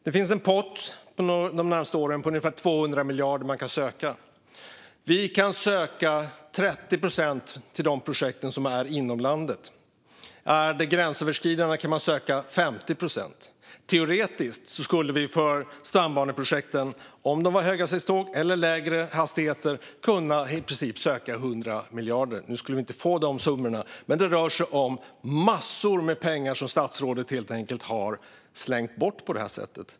Det finns en pott för de närmaste åren på ungefär 200 miljarder som man kan söka ur. Vi kan söka 30 procent till projekt inom landet. Är projekten gränsöverskridande kan man söka 50 procent. Teoretiskt skulle vi för stambaneprojekten, oavsett om det handlade om höghastighetståg eller om lägre hastigheter, i princip kunna söka 100 miljarder. Nu skulle vi inte få de summorna, men det rör sig om massor med pengar som statsrådet helt enkelt har slängt bort på det här sättet.